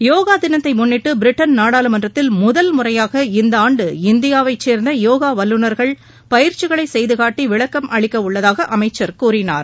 யோகா தினத்தை முன்னிட்டு பிரிட்டன் நாடாளுமன்றத்தில் முதல் முறையாக இந்த ஆண்டு இந்தியாவைச் சேர்ந்த யோகா வல்லுனர்கள் பயிற்சிகளை செய்து காட்டி விளக்கம் அளிக்கவுள்ளதாக அமைச்சர் கூறினார்